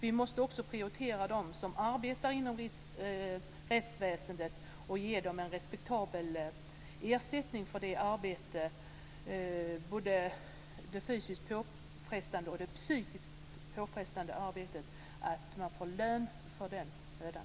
Vi måste också prioritera dem som arbetar inom rättsväsendet och ge dem en respektabel ersättning för det både fysiskt och psykiskt påfrestande arbetet. De måste få lön för den mödan.